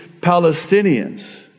Palestinians